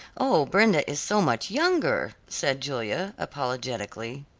oh, brenda is so much younger, said julia apologetically.